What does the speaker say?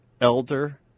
Elder